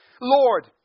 Lord